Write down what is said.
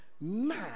Man